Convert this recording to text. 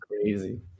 crazy